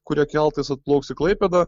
kurie keltais atplauks į klaipėdą